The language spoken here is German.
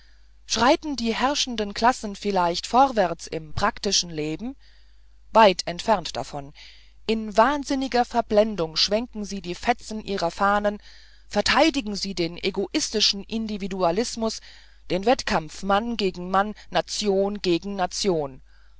schreiten die herrschenden klassen vielleicht vorwärts im praktischen leben weit entfernt davon in wahnsinniger verblendung schwenken sie die fetzen ihrer fahnen verteidigen sie den egoistischen individualismus den wettkampf mann gegen mann nation gegen nation